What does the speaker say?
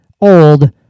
old